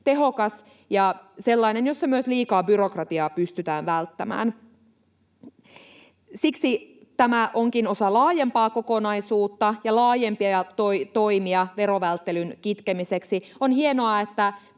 tehokas ja sellainen, jossa myös liikaa byrokratiaa pystytään välttämään. Siksi tämä onkin osa laajempaa kokonaisuutta ja laajempia toimia verovälttelyn kitkemiseksi. On hienoa, että